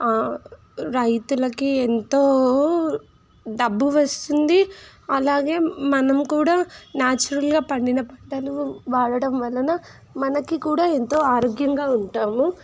రైతులకి ఎంతో డబ్బు వస్తుంది అలాగే మనం కూడా న్యాచురల్గా పండిన పంటను వాడడం వలన మనకి కూడా ఎంతో ఆరోగ్యంగా ఉంటాము